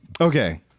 Okay